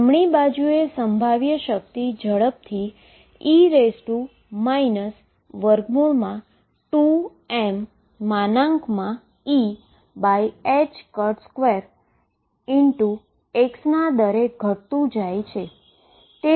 જમણી બાજુએ પોટેંશિઅલ ઝડપથી e 2mE2x ના દરે ઘટતુ જાય છે